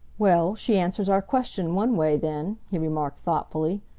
well, she answers our question one way, then, he remarked thoughtfully.